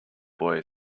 boy